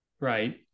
right